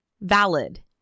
valid